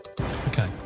Okay